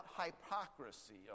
hypocrisy